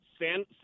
San